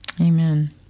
Amen